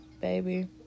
baby